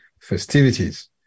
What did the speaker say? festivities